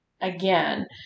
again